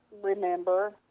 remember